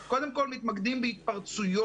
כל התכניות האלה של משרד החינוך מול משרד הבריאות הן לא